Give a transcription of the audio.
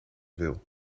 wil